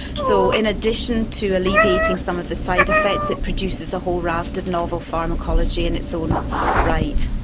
so in addition to alleviating some of the side effects, it produces a whole raft of novel pharmacology in its own right.